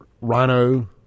rhino